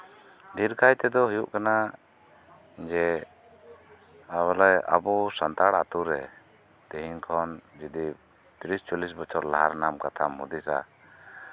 ᱰᱷᱮᱨ ᱠᱟᱭ ᱛᱮᱫᱚ ᱦᱩᱭᱩᱜ ᱠᱟᱱᱟ ᱡᱮ ᱵᱚᱞᱮ ᱟᱵᱚ ᱥᱟᱱᱛᱟᱲᱟᱜ ᱟᱹᱛᱩᱨᱮ ᱛᱮᱦᱤᱧ ᱠᱷᱚᱱ ᱡᱩᱫᱤ ᱛᱤᱨᱤᱥ ᱪᱚᱞᱞᱤᱥ ᱵᱚᱪᱷᱚᱨ ᱞᱟᱦᱟ ᱨᱮᱭᱟᱜ ᱠᱟᱛᱷᱟᱢ ᱦᱩᱫᱤᱥᱟ